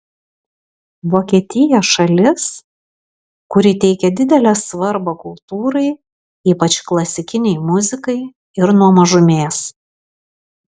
vokietija šalis kuri teikia didelę svarbą kultūrai ypač klasikinei muzikai ir nuo mažumės